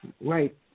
right